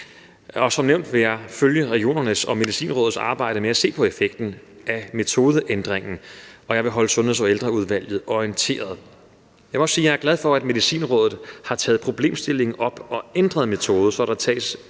Som nævnt vil jeg følge regionernes og Medicinrådets arbejde med at se på effekten af metodeændringen, og jeg vil holde Sundheds- og Ældreudvalget orienteret. Jeg vil også sige, at jeg er glad for, at Medicinrådet har taget problemstillingen op og ændret metode, så der tages